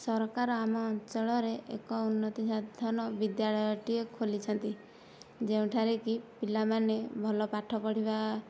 ସରକାର ଆମ ଅଞ୍ଚଳରେ ଏକ ଉନ୍ନତି ସାଧନ ବିଦ୍ୟାଳୟଟିଏ ଖୋଲିଛନ୍ତି ଯେଉଁଠାରେ କି ପିଲାମାନେ ଭଲ ପାଠ ପଢ଼ିବା